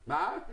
פוליטי?